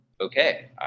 okay